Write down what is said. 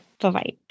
Bye-bye